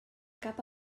cap